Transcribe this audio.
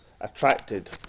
attracted